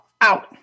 out